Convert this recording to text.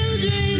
children